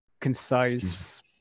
concise